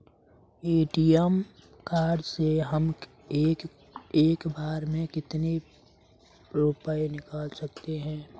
ATM card से हम एक बार में कितने रुपये निकाल सकते हैं?